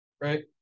right